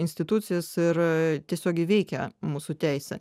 institucijas ir tiesiogiai veikia mūsų teisę